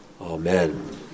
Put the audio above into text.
Amen